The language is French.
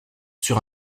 sur